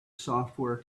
software